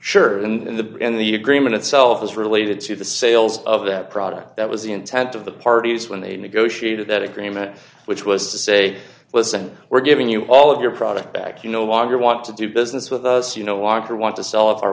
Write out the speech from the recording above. sure in the in the agreement itself is related to the sales of that product that was the intent of the parties when they negotiated that agreement which was to say listen we're giving you all of your product back you no longer want to do business with us you know walker want to sell